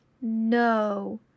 no